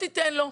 לא תיתן לו.